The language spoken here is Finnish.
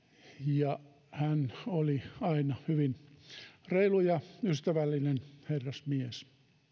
ja hän oli aina hyvin reilu ja ystävällinen herrasmies